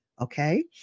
Okay